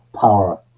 power